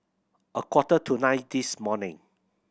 a quarter to nine this morning